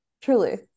truly